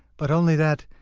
but only that,